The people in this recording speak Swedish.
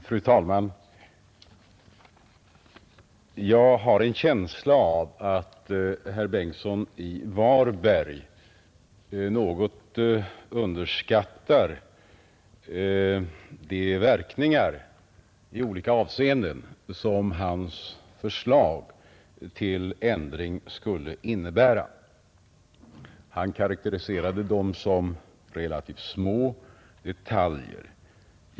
Fru talman! Jag har en känsla av att herr Bengtsson i Varberg underskattar de verkningar i olika avseenden som hans förslag till ändring skulle innebära. Han karakteriserade dem som relativt små detaljer.